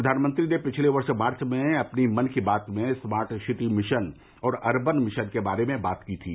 प्रधानमंत्री ने पिछले वर्ष मार्च में अपनी मन की बात में स्मार्ट सिटी मिशन और अर्बन मिशन के बारे में बात की थी